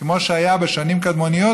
כמו שהיה בשנים קדמוניות,